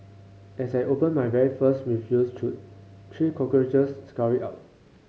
as I opened my very first refuse chute three cockroaches scurried out